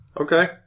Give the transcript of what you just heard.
Okay